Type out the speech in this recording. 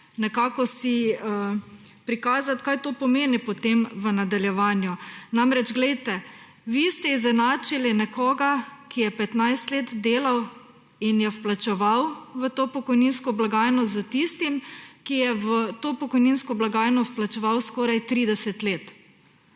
nekako prikazati, kaj to pomeni potem v nadaljevanju. Vi ste izenačili nekoga, ki je 15 let delal in je vplačeval v to pokojninsko blagajno, s tistim, ki je v to pokojninsko blagajno vplačeval skoraj 30 let.